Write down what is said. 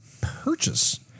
purchase